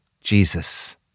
Jesus